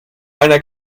einer